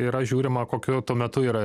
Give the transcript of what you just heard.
yra žiūrima kokiu tuo metu yra